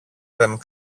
δεν